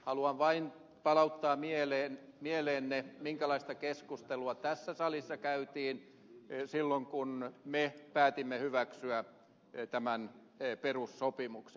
haluan vain palauttaa mieliinne minkälaista keskustelua tässä salissa käytiin silloin kun me päätimme hyväksyä tämän perussopimuksen